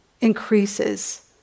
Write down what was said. increases